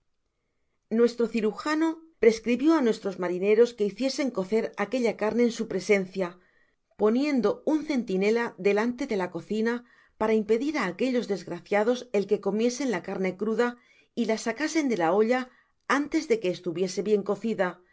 uestro cirujano prescribió á nuestros marineros que hiciesen cocer aquella carne en su presencia poniendo un centinela delante de la cocina para impedir á aquellos desgraciados el que comiesen la carne erada y la sacasen de la olla antes de que estuviese bien cocida